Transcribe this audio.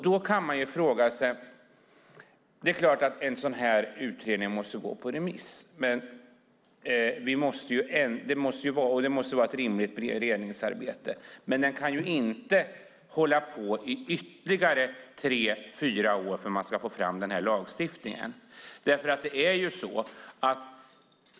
Då kan man fråga sig: Naturligtvis måste en sådan här utredning gå ut på remiss och det måste göras ett rimligt beredningsarbete, men det ska väl inte behöva ta ytterligare tre fyra år att få fram den nya lagstiftningen?